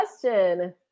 question